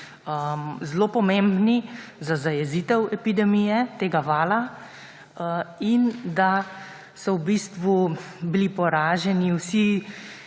zelo pomembni za zajezitev epidemije tega vala in da so v bistvu bili poraženi vsi